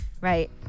Right